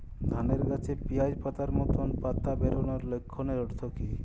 ধানের গাছে পিয়াজ পাতার মতো পাতা বেরোনোর লক্ষণের অর্থ কী?